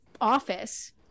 office